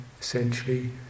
essentially